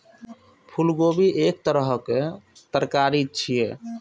फूलगोभी एक तरहक तरकारी छियै